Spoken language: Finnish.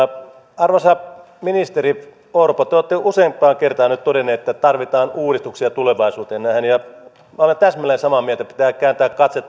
arvoisa ministeri orpo te olette useampaan kertaan nyt todennut että tarvitaan uudistuksia tulevaisuuteen nähden olen täsmälleen samaa mieltä että pitää kääntää katse